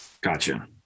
gotcha